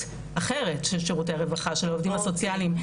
אחרת של שירותי הרווחה ושל העובדים הסוציאליים,